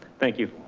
thank you.